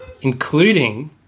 Including